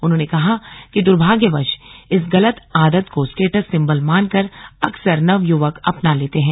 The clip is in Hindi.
उन्होंने कहा कि दुर्भाग्यवश इस गलत आदत को स्टेटस सिंबल मानकर अक्सर नवयुवक अपना लेते हैं